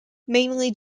mainly